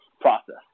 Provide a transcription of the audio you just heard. process